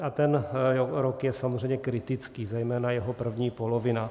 A ten rok je samozřejmě kritický, zejména jeho první polovina.